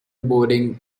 boarding